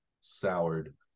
soured